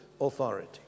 authority